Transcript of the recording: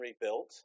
rebuilt